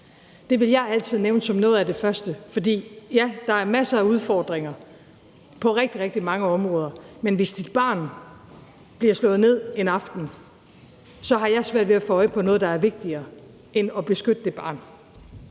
Det vil jeg altid nævne som noget af det første, for ja, der er masser af udfordringer på rigtig, rigtig mange områder, men hvis dit barn bliver slået ned en aften, har jeg svært ved at få øje på noget, der er vigtigere end at beskytte det barn.